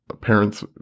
parents